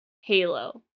Halo